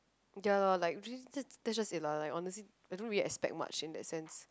ya lor like j~ that's just it like I honestly I don't really expect much in that sense